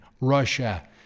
Russia